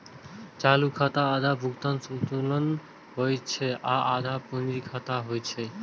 चालू खाता आधा भुगतान संतुलन होइ छै आ आधा पूंजी खाता होइ छै